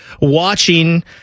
watching